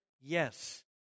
Yes